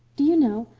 do you know,